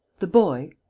the boy?